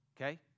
okay